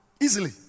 Easily